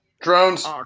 Drones